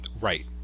Right